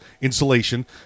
insulation